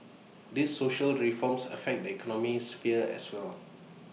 these social reforms affect the economic sphere as well